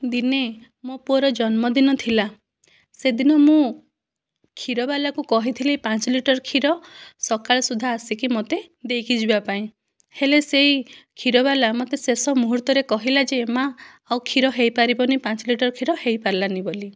ଦିନେ ମୋ ପୁଅର ଜନ୍ମଦିନ ଥିଲା ସେଦିନ ମୁଁ କ୍ଷୀରବାଲାକୁ କହିଥିଲି ପାଞ୍ଚ ଲିଟର କ୍ଷୀର ସକାଳ ସୁଦ୍ଧା ଆସିକି ମୋତେ ଦେଇକି ଯିବା ପାଇଁ ହେଲେ ସେଇ କ୍ଷୀରବାଲା ମୋତେ ଶେଷ ମୁହୂର୍ତ୍ତରେ କହିଲା ଯେ ମା' ଆଉ କ୍ଷୀର ହୋଇପାରିବନି ପାଞ୍ଚ ଲିଟର କ୍ଷୀର ହେଇପାରିଲାନି ବୋଲି